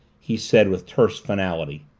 he said with terse finality.